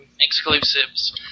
exclusives